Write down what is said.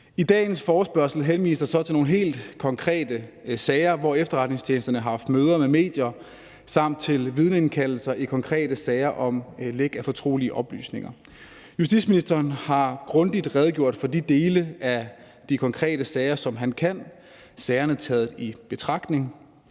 I dagens forespørgsel henvises der så til nogle helt konkrete sager, hvor efterretningstjenesterne har haft møder med medier samt til vidneindkaldelser i konkrete sager om læk af fortrolige oplysninger. Justitsministeren har grundigt redegjort for de dele af de konkrete sager, som han kan – sagerne taget i betragtning.